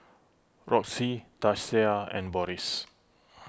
Roxie Tasia and Boris